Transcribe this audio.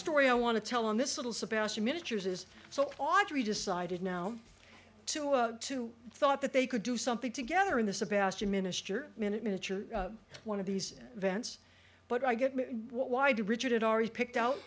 story i want to tell on this little sebastian miniatures is so audrey decided now to a two thought that they could do something together in the sebastian minister minute miniature one of these events but i get why did richard had already picked out